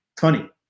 funny